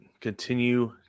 continue